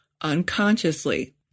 unconsciously